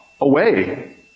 away